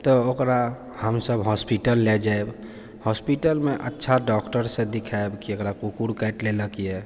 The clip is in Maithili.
तऽ ओकरा हमसब हॉस्पिटल लए जैब हॉस्पिटलमे अच्छा डॉक्टरसँ दिखैब की एकरा कुकुर काटि लेलक यऽ